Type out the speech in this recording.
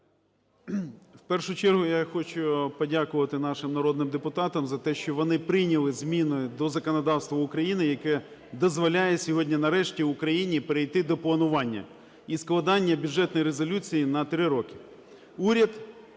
В першу чергу я хочу подякувати нашим народним депутатам за те, що вони прийняли зміни до законодавства України, яке дозволяє сьогодні нарешті Україні перейти до планування і складання бюджетної резолюції на три роки.